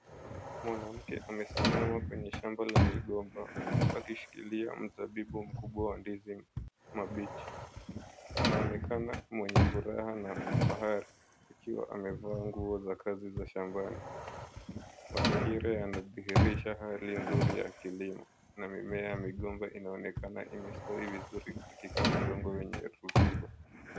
Mwanamke amesimama kwenye shamba la migomba, huku akishikilia mzabibu mkubwa wa ndizi mabichi. Anaonekana mwenye furaha na ufahari, akiwa amevaa nguo za kazi za shambani. Mazingira yanadhihirisha hali nzuri ya kilimo, na mimea ya migomba inaonekana imestawi vizuri katika udongo wenye rutuba.